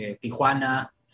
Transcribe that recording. Tijuana